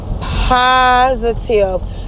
positive